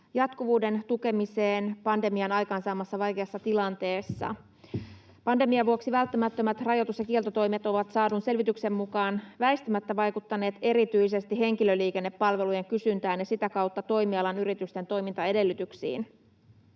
jatkuvuuden tukemiseen pandemian aikaansaamassa vaikeassa tilanteessa. Pandemian vuoksi välttämättömät rajoitus- ja kieltotoimet ovat saadun selvityksen mukaan väistämättä vaikuttaneet erityisesti henkilöliikennepalvelujen kysyntään ja sitä kautta toimialan yritysten toimintaedellytyksiin.